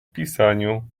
pisaniu